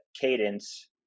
cadence